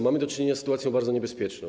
Mamy do czynienia z sytuacją bardzo niebezpieczną.